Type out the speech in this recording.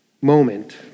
moment